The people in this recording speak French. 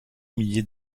millier